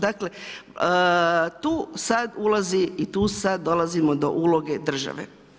Dakle tu sada ulazi i tu sada dolazimo do uloge države.